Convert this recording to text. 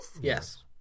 Yes